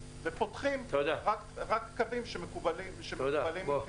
ופותחים רק קווים שתוכניהם מקובלים.